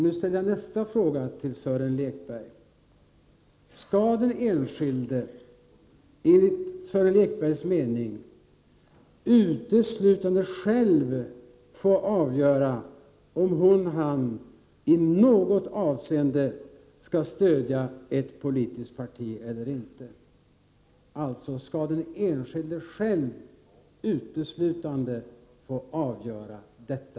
Nu ställer jag nästa fråga till Sören Lekberg: Skall den enskilde, enligt Sören Lekbergs mening, uteslutande själv få avgöra om hon/han i något avseende skall stödja ett politiskt parti eller inte? Alltså, skall den enskilde själv uteslutande få avgöra detta?